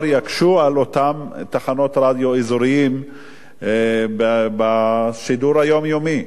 יקשו על אותן תחנות רדיו אזוריות בשידור היומיומי,